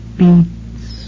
beats